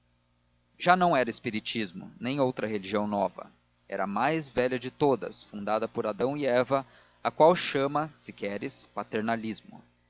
já não era espiritismo nem outra religião nova era a mais velha de todas fundada por adão e eva à qual chama se queres paternalismo